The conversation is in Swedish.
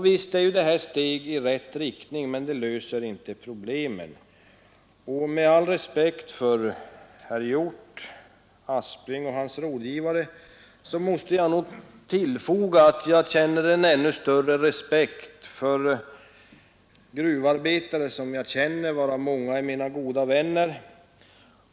Visst är detta ett steg i rätt riktning men det löser inte problemet. Med all respekt för herr Hjorth och för herr Aspling och hans rådgivare måste jag nog tillfoga att jag känner en ännu större respekt för gruvarbetare som jag känner, varav många är mina goda vänner.